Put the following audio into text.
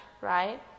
right